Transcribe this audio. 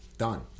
done